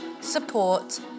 support